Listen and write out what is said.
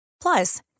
Plus